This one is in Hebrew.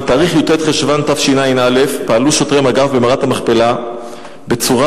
בי"ט חשוון תשע"א פעלו שוטרי מג"ב במערת המכפלה בצורה